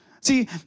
See